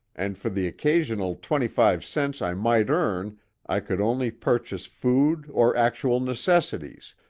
and for the occasional twenty-five cents i might earn i could only purchase food or actual necessities,